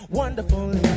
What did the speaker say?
wonderful